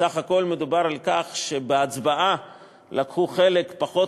בסך הכול מדובר על כך שבהצבעה לקחו חלק פחות